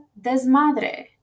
desmadre